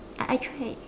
I I tried